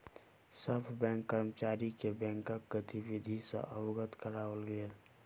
सभ बैंक कर्मचारी के बैंकक गतिविधि सॅ अवगत कराओल गेल